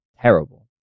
terrible